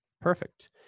perfect